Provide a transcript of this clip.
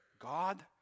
God